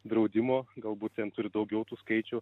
draudimo galbūt ten turi daugiau tų skaičių